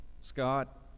Scott